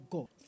God